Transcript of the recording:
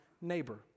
neighbor